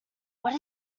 what